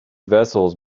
vessels